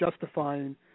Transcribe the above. justifying